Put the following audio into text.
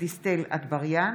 דסטה גדי יברקן,